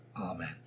Amen